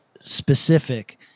specific